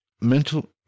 mental